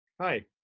Hi